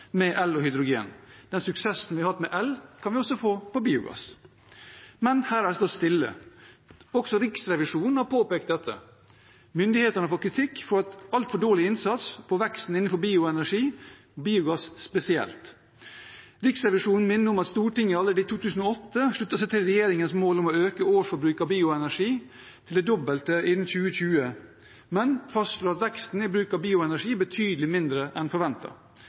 med el og hydrogen. Den suksessen vi har hatt med el, kan vi også få på biogass. Men her har en stått stille. Også Riksrevisjonen har påpekt dette. Myndighetene har fått kritikk for altfor dårlig innsats på veksten innenfor bioenergi – biogass spesielt. Riksrevisjonen minner om at Stortinget allerede i 2008 sluttet seg til regjeringens mål om å øke årsforbruket av bioenergi til det dobbelte innen 2020, men fastslo at veksten i bruk av bioenergi er betydelig mindre enn